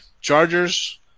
Chargers